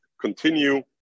continue